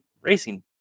racing